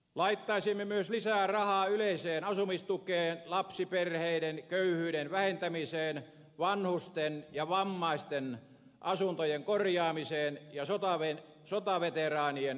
laittaisimme lisää rahaa myös yleiseen asumistukeen lapsiperheiden köyhyyden vähentämiseen vanhusten ja vammaisten asuntojen korjaamiseen ja sotaveteraanien kuntoutukseen